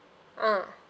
ah